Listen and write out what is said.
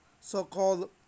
so-called